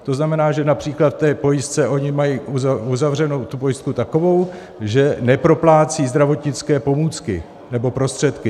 To znamená, že například v té pojistce oni mají uzavřenou tu pojistku takovou, že neproplácí zdravotnické pomůcky nebo prostředky.